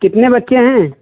कितने बच्चे हैं